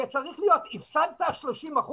שצריך להיות אם הפסדת 30%,